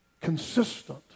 consistent